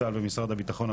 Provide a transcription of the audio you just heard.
צה"ל ומשרד הביטחון,